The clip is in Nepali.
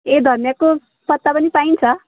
ए धनियाँको पत्ता पनि पाइन्छ